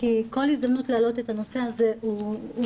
כי כל הזדמנות להעלות את הנושא היא מעולה,